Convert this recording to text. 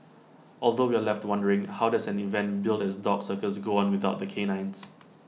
although we're left wondering how does an event billed as A dog circus go on without the canines